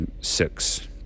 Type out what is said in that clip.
six